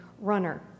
runner